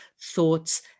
thoughts